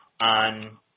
on